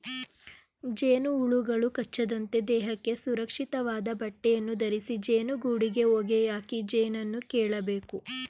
ಜೇನುಹುಳುಗಳು ಕಚ್ಚದಂತೆ ದೇಹಕ್ಕೆ ಸುರಕ್ಷಿತವಾದ ಬಟ್ಟೆಯನ್ನು ಧರಿಸಿ ಜೇನುಗೂಡಿಗೆ ಹೊಗೆಯಾಕಿ ಜೇನನ್ನು ಕೇಳಬೇಕು